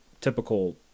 typical